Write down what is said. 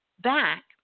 back